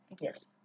Yes